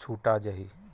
छुटा जाही